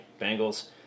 Bengals